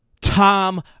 Tom